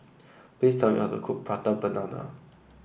please tell me how to cook Prata Banana